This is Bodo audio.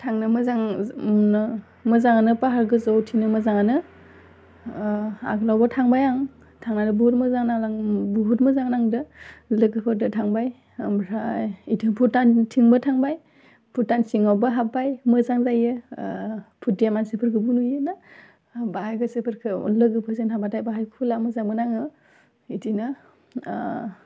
थांनो मोजां मोनो मोजाङानो फाहार गोजौथिंनो मोजाङानो आगोलावबो थांबाय आं थांनानै बहुद मोजां नांला बहुद मोजां नांदों लोगोफोरदो थांबाय आमफ्राय इथिं भुटानथिंबो थांबाय भुटान सिङावबो हाब्बाय मोजां जायो भुटेमा जोबुद गोबौ नुयोना बाहायबो लोसोफोरखौ लोगोफोरजों थांबाथाय बेहाय खुला मोजां मोनो आङो बिदिनो